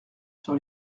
sur